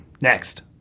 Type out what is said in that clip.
Next